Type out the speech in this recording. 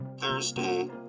Thursday